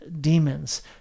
demons